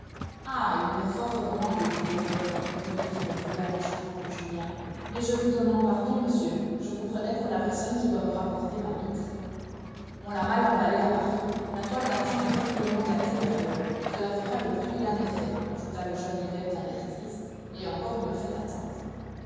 ah il m'est fort recommandé dit l'évêque d'un ton poli qui redoubla l'enchantement de julien mais je vous demande pardon monsieur je vous prenais pour la personne qui doit me rapporter ma mitre on l'a mal emballée à paris la toile d'argent est horriblement gâtée vers le haut cela fera le plus vilain effet ajouta le jeune évêque d'un air triste et encore on me fait attendre